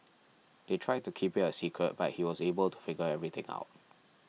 they tried to keep it a secret but he was able to figure everything out